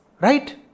right